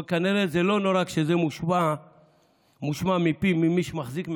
אבל כנראה זה לא נורא כשזה מושמע מפי מי שמחזיק מעצמו.